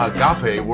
Agape